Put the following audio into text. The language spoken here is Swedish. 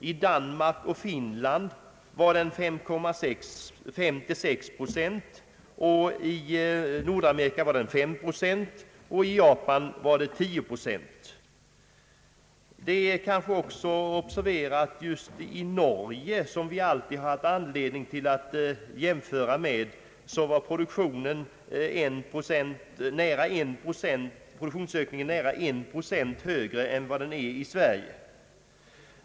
I Danmark och Finland var den 5—6 pro Det bör kanske också observeras att just i Norge, som vi alltid haft anledning att jämföra oss med, var produktionsökningen nästan 1 procent större än vad den är i Sverige.